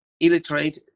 illiterate